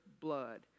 blood